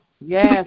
Yes